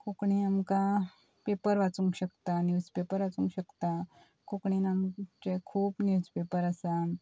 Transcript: कोंकणी आमकां पेपर वाचूंक शकता न्युज पेपर वाचूंक शकता कोंकणीन आमचे खूब न्युज पेपर आसा